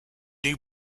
new